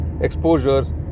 exposures